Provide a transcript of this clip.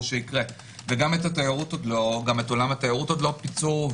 גם את עולם התיירות עוד לא פיצו.